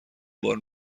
بار